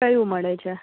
કયું મળે છે